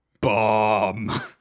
bomb